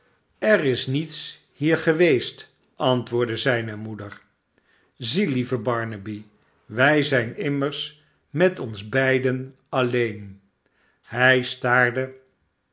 er is niets hier geweest antwoordde zijne moeder zie lieve barnaby wij zijn immers met ons beiden alleen hij staarde